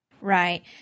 Right